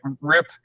rip